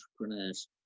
entrepreneurs